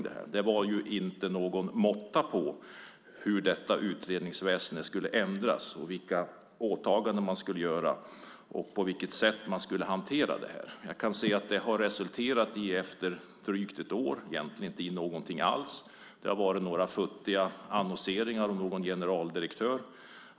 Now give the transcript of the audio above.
Det var ju ingen måtta på hur detta utredningsväsende skulle ändras, vilka åtagande man skulle göra och hur man skulle hantera det här. Jag kan se att det här efter drygt ett år egentligen inte har resulterat i någonting alls. Det har varit några futtiga annonseringar om någon generaldirektör.